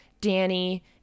danny